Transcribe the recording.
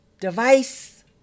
device